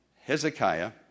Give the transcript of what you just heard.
Hezekiah